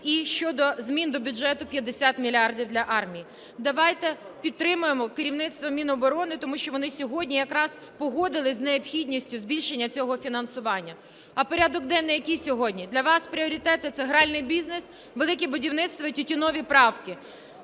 і щодо змін до бюджету – 50 мільярдів для армії. Давайте підтримаємо керівництво Міноборони, тому що вони сьогодні якраз погодилися з необхідністю збільшення цього фінансування. А порядок денний який сьогодні? Для вас пріоритети – це гральний бізнес, "Велике будівництво", тютюнові правки.